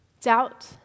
Doubt